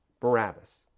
Barabbas